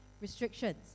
restrictions